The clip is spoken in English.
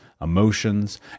emotions